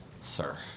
sir